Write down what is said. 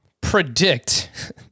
predict